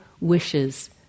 wishes